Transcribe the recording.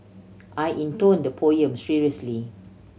I intoned the poem seriously